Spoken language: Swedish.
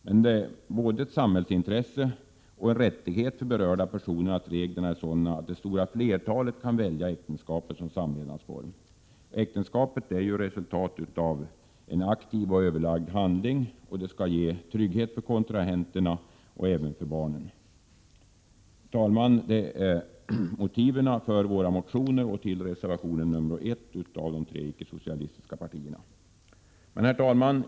Men det är både ett samhällsintresse och en rättighet för berörda personer att reglerna skall vara sådana att det stora flertalet kan välja äktenskapet som samlevnadsform. Äktenskapet är resultat av en aktiv och överlagd handling, och det skall ge trygghet för kontrahenterna och även för barnen. Herr talman! Detta är motiven till våra motioner och till reservation nr 1 av de tre icke-socialistiska partierna. Herr talman!